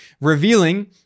revealing